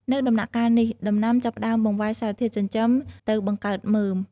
នៅដំណាក់កាលនេះ ដំណាំចាប់ផ្ដើមបង្វែរសារធាតុចិញ្ចឹមទៅបង្កើតមើម។